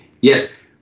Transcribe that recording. Yes